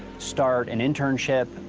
start an internship,